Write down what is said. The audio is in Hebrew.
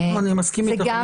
אני מסכים איתך.